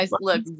Look